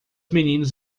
meninos